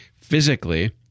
physically